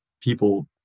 people